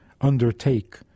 undertake